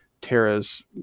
Tara's